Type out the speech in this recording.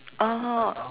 oh